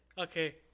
okay